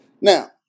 Now